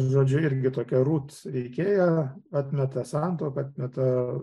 žodžiu irgi tokia rūt veikėja atmeta santuoką atmeta